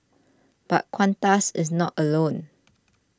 but Qantas is not alone